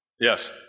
Yes